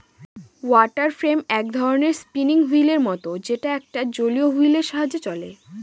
water frame এক ধরনের spinning wheel এর মত যেটা একটা জলীয় হুইল এর সাহায্যে চলে